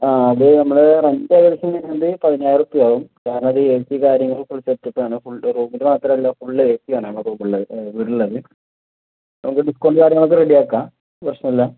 ആ അത് നമ്മൾ റെൻറ്റ് ഏകദേശം ആകുന്നത് പതിനായിരം രൂപ ആകും കാരണം അത് എ സി കാര്യങ്ങൾ ഫുൾ സെറ്റപ്പ് ആണ് ഫു റൂമിൽ മാത്രമല്ല ഫുൾ എ സി ആണ് റൂമിൽ വീടുള്ളത് നമുക്ക് ഡിസ്കൗണ്ട് കാര്യങ്ങളൊക്കെ റെഡി ആക്കാം പ്രശ്നമില്ല